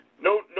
no